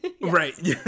Right